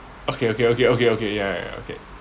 okay okay okay okay okay ya ya ya okay